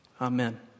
Amen